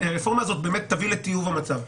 שהרפורמה הזאת באמת תביא לטיוב המצב,